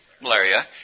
malaria